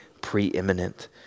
preeminent